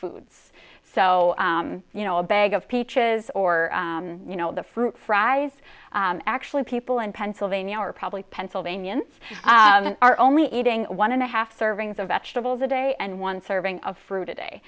foods so you know a bag of peaches or you know the fruit fries actually people in pennsylvania are probably pennsylvanians are only eating one and a half servings of vegetables a day and one serving of fruit a day